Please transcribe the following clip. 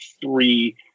three